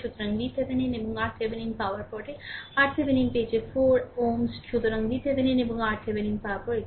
সুতরাং VThevenin এবং RThevenin পাওয়ার পরে RThevenin পেয়েছে 4 Ω সুতরাং VThevenin এবং RThevenin পাওয়ার পরে এটি